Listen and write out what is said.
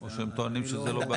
או שהם טוענים שזה לא באחריותם?